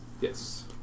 Yes